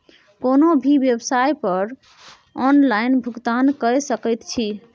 कोनो भी बेवसाइट पर ऑनलाइन भुगतान कए सकैत छी